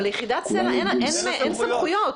אבל ליחידת סלע אין סמכויות.